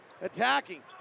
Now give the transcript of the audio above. attacking